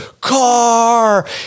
car